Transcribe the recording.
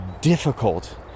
difficult